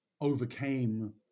overcame